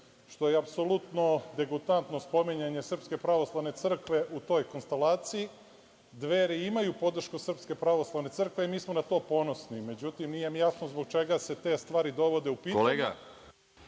što je apsolutno degutantno spominjanje Srpske pravoslavne crkve u toj konstalaciji. Dveri imaju podršku Srpske pravoslavne crkve i mi smo na to ponosni.Međutim, nije nam jasno zbog čega se te stvari dovode u